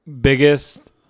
biggest